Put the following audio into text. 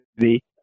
City